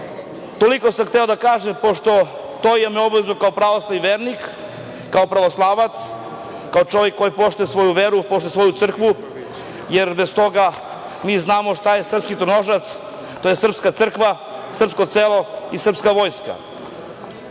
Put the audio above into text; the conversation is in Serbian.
sam hteo da kažem, pošto to imam obavezu kao pravoslavni vernik, kao pravoslavac, kao čovek koji poštuje svoju veru, poštuje svoju crkvu, jer bez toga, mi znamo šta je srpski tronožac, to je srpska crkva, srpsko selo i srpska vojska. Ovde